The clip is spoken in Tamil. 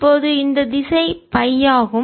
இப்போது இந்த திசை பை ஆகும்